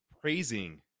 praising